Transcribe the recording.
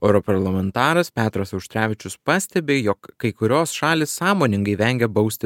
europarlamentaras petras auštrevičius pastebi jog kai kurios šalys sąmoningai vengia bausti